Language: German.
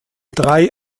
drei